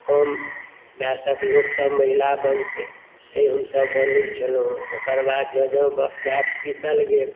तऽ कम वयसक लोक सभ महिला बनतै तैॅं हमसभ बनै छलहुँ हँ ओकर बाद जँ जँ वयस बीतल गेल